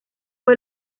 fue